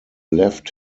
left